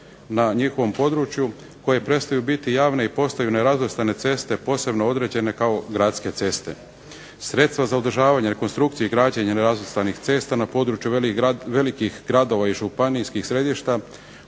na njihovom području koje prestaju biti javne i postaju nerazvrstane ceste posebno određene kao gradske ceste. Sredstva za održavanja i rekonstrukciju i građenje nerazvrstanih cesta na području velikih gradova i županijskih središta